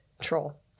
troll